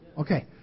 Okay